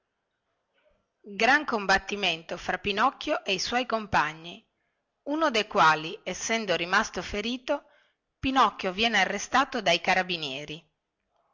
gran combattimento fra pinocchio e i suoi compagni uno de quali essendo rimasto ferito pinocchio viene arrestato dai carabinieri